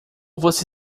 você